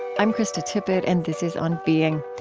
i'm krista tippett, and this is on being.